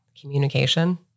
Communication